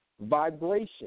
vibration